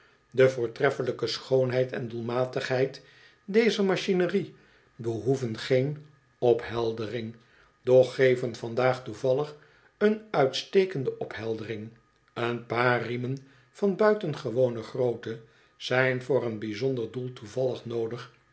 de voortreffelijke schoonheid en doelmatigheid dezer machinerie behoeven geen opheldering doch geven vandaag toevallig een uitstekende opheldering een paar riemen van buitengewone grootte zijn voor een bijzonder doel toevallig noodig